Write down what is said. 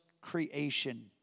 creation